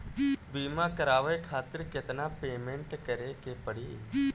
बीमा करावे खातिर केतना पेमेंट करे के पड़ी?